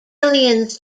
aliens